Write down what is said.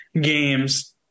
games